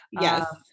Yes